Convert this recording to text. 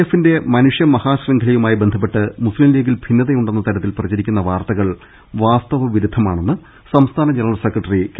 എഫിന്റെ മനുഷ്യമഹാശ്യംഖലയുമായി ബന്ധപ്പെട്ട് മുസ്ലീം ലീഗിൽ ഭിന്നതയുണ്ടെന്ന തരത്തിൽ പ്രചരിക്കുന്ന വാർത്തകൾ വാസ്തവ വിരു ദ്ധമാണെന്ന് സംസ്ഥാന ജനറൽ സെക്രട്ടറി കെ